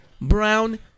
Brown